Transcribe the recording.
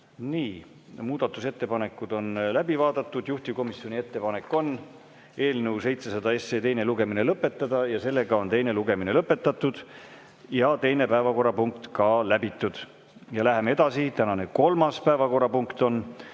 Nii. Muudatusettepanekud on läbi vaadatud. Juhtivkomisjoni ettepanek on eelnõu 700 teine lugemine lõpetada. Teine lugemine on lõpetatud ja teine päevakorrapunkt on ka läbitud. Läheme edasi! Tänane kolmas päevakorrapunkt on